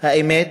האמת,